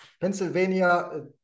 Pennsylvania